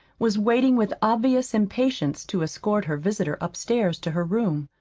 was waiting with obvious impatience to escort her visitor upstairs to her room.